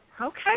Okay